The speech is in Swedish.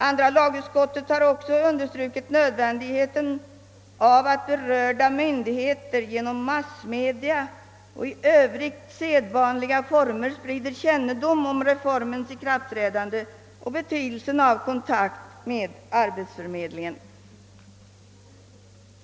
Andra lagutskottet har understrukit »nödvändigheten av att berörda myndigheter genom massmedia och i övrigt sedvanliga former sprider kännedom om reformens ikraftträdande och betydelsen av kontakt med arbetsförmedlingen».